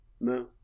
No